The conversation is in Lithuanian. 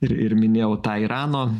ir ir minėjau tą irano